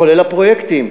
כולל הפרויקטים.